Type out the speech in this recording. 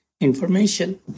information